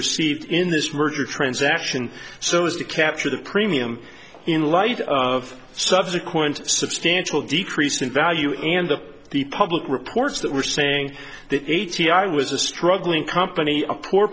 received in this merger transaction so as to capture the premium in light of subsequent substantial decrease in value and the the public reports that were saying that eighty i was a struggling company a poor